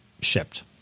shipped